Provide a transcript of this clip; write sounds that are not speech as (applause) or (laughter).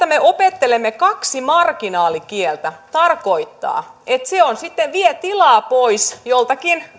(unintelligible) me opettelemme kaksi marginaalikieltä tarkoittaa että se sitten vie tilaa pois joltakin